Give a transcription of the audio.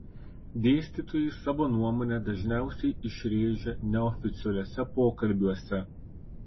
dėstytojai savo nuomonę dažniausiai išrėžia neoficialiuose pokalbiuose